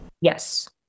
Yes